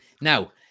Now